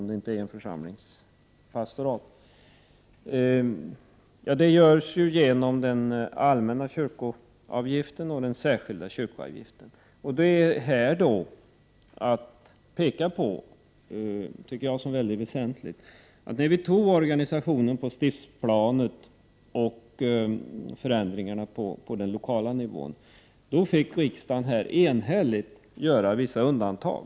Detta görs genom den allmänna och den särskilda kyrkoavgiften. Då är det mycket väsentligt att påpeka att vi, då vi fattade beslut om organisationen på stiftsplanet och förändringarna på den lokala nivån, enhälligt gjorde vissa undantag.